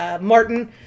Martin